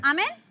Amen